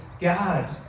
God